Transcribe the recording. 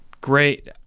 great